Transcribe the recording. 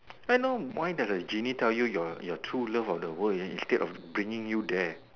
I know why does a genie tell you your your true love of the world instead of bringing you there